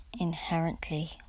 inherently